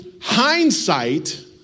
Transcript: hindsight